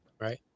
right